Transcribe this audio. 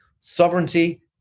sovereignty